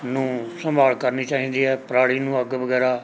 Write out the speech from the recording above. ਨੂੰ ਸੰਭਾਲ ਕਰਨੀ ਚਾਹੀਦੀ ਹੈ ਪਰਾਲੀ ਨੂੰ ਅੱਗ ਵਗੈਰਾ